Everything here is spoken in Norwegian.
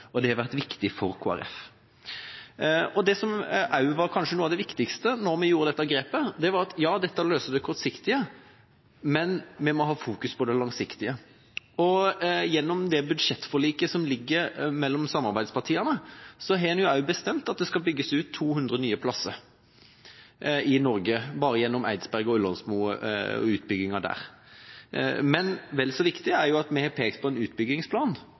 og det har vært viktig for Kristelig Folkeparti. Det som kanskje var noe av det viktigste da vi gjorde dette grepet, var at ja, dette løser det kortsiktige, men vi må ha fokus på det langsiktige. Gjennom budsjettforliket mellom samarbeidspartiene har en jo bestemt at det skal bygges ut 200 nye plasser i Norge, ved Eidsberg og Ullersmo. Men vel så viktig er det at vi har pekt på en utfasingsplan og en utbyggingsplan